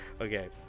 Okay